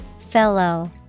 Fellow